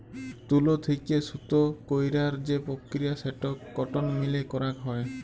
তুলো থেক্যে সুতো কইরার যে প্রক্রিয়া সেটো কটন মিলে করাক হয়